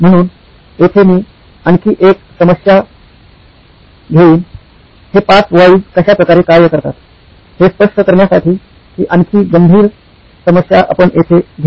म्हणून येथे मी आणखी एक समस्या घेईन हे 5 व्हाईज कशा प्रकारे कार्य करतात हे स्पष्ट करण्यासाठी ही आणखी गंभीर समस्या आपण येथे घेऊ